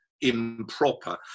improper